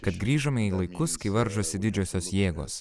kad grįžome į laikus kai varžosi didžiosios jėgos